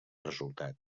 resultat